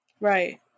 Right